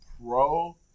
pro